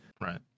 right